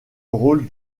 rôle